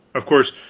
of course,